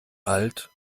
alt